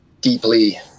deeply